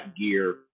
gear